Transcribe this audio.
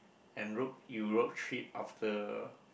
an route Europe trip after